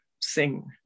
sing